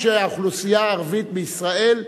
שהאוכלוסייה הערבית בישראל מקופחת.